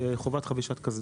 חובת חבישת קסדה.